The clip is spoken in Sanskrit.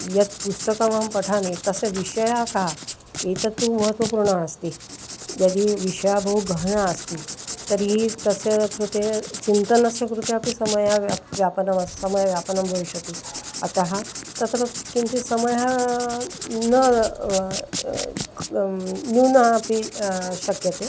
यत् पुस्तकमहं पठामि तस्य विषयः का एतत्तु महत्त्वपूर्णम् अस्ति यदि विषयः बहु गहना अस्ति तर्हि तस्य कृते चिन्तनस्य कृते अपि समयः व्या व्यापनं समयव्यापनं भविष्यति अतः तत्र किञ्चित् समयः न न्यूनः अपि शक्यते